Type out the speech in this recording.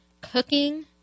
cooking